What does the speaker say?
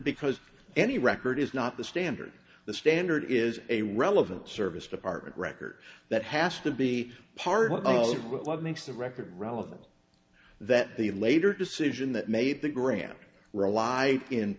because any record is not the standard the standard is a relevant service department record that has to be part of what makes the record relevant that the later decision that made the grammy rel